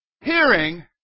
hearing